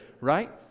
right